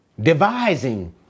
devising